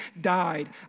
died